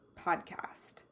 podcast